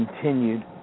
continued